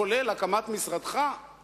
כולל הקמת משרדך,